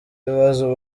bibaza